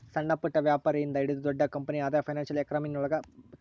ಸಣ್ಣಪುಟ್ಟ ವ್ಯಾಪಾರಿ ಇಂದ ಹಿಡಿದು ದೊಡ್ಡ ಕಂಪನಿ ಆದಾಯ ಫೈನಾನ್ಶಿಯಲ್ ಎಕನಾಮಿಕ್ರೊಳಗ ತಿಳಿತದ